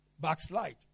backslide